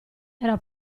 era